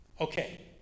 Okay